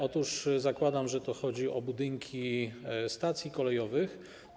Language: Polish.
Otóż zakładam, że tu chodzi o budynki stacji kolejowych.